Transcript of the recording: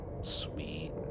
Sweet